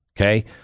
okay